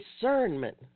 discernment